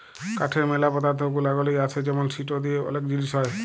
কাঠের ম্যালা পদার্থ গুনাগলি আসে যেমন সিটো দিয়ে ওলেক জিলিস হ্যয়